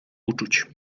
uczuć